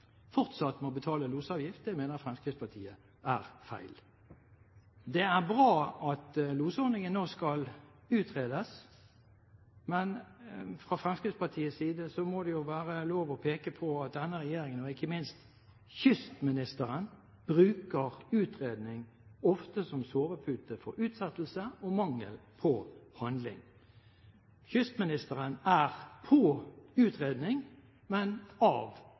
betale losavgift. Det mener Fremskrittspartiet er feil. Det er bra at losordningen nå skal utredes, men fra Fremskrittspartiets side må det være lov å peke på at denne regjeringen og ikke minst kystministeren ofte bruker utredning som sovepute for utsettelse og mangel på handling. Kystministeren er på utredning, men av